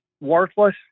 worthless